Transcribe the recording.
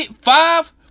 five